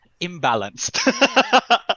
imbalanced